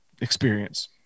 experience